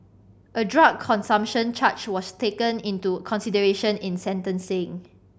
a drug consumption charge was taken into consideration in sentencing